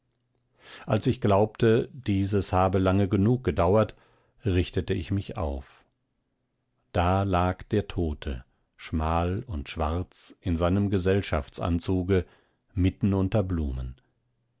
als ich glaubte dieses habe lange genug gedauert richtete ich mich auf da lag der tote schmal und schwarz in seinem gesellschaftsanzuge mitten unter blumen